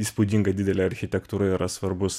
įspūdinga didelė architektūra yra svarbus